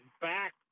back